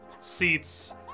seats